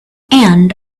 and